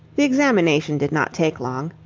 the examination did not take long.